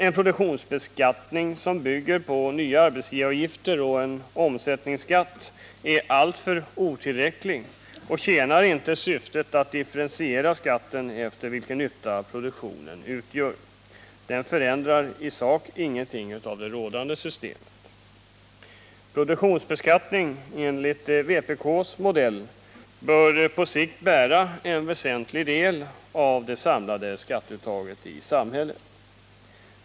En produktionsbeskattning som bygger på nya arbetsgivaravgifter och en omsättningsskatt är alltför otillräcklig och tjänar inte syftet att differentiera skatten efter vilken nytta produktionen utgör. Den förändrar i sak ingenting av det rådande systemet. Produktionsbeskattningen enligt vpk:s modell bör på sikt bära en väsentlig del av det samlade skatteuttaget i samhället.